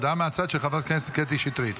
הודעה מהצד של חברת הכנסת קטי שטרית.